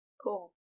Cool